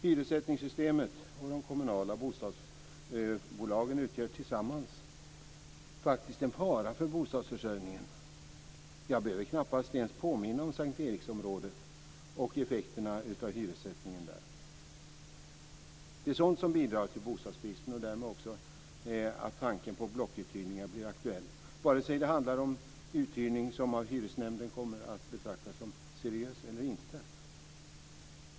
Hyressättningssystemet och de kommunala bostadsbolagen utgör tillsammans faktiskt en fara för bostadsförsörjningen. Jag behöver knappast ens påminna om S:t Eriksområdet och effekterna av hyressättningen där. Det är sådant som bidrar till bostadsbristen och därmed också till att tanken på blockuthyrningar blir aktuell, vare sig det handlar om uthyrning som av hyresnämnden kommer att betraktas som seriös eller inte.